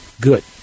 good